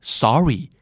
sorry